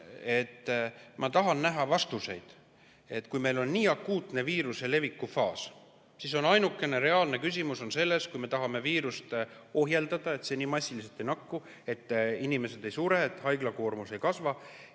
ma tahan näha vastuseid. Kui meil on nii akuutne viiruse leviku faas, siis on ainukene reaalne küsimus see, et kui me tahame viirust ohjeldada, et see nii massiliselt ei nakkaks, et inimesed ei sureks, et haiglakoormus ei kasvaks,